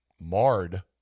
marred